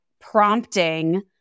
prompting